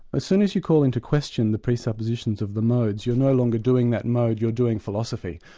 as soon as you call into question the presuppositions of the modes you're no longer doing that mode, you're doing philosophy.